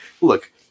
Look